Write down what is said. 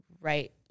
right